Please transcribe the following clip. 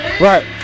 Right